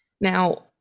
now